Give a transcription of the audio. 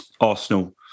Arsenal